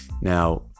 Now